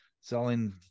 selling